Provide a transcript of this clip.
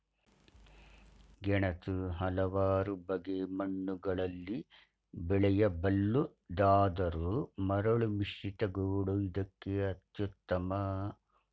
ಗೆಣಸು ಹಲವಾರು ಬಗೆ ಮಣ್ಣುಗಳಲ್ಲಿ ಬೆಳೆಯಬಲ್ಲುದಾದರೂ ಮರಳುಮಿಶ್ರಿತ ಗೋಡು ಇದಕ್ಕೆ ಅತ್ಯುತ್ತಮ